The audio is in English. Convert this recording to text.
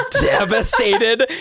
devastated